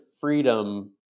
freedom